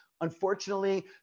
unfortunately